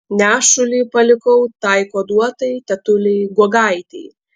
nešulį palikau tai kuoduotai tetulei guogaitei